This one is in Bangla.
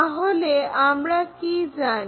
তাহলে আমরা কি জানি